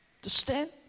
Understand